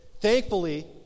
Thankfully